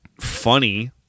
funny